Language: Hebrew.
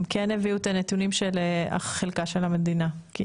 כן הביאו את הנתונים של חלקה של המדינה.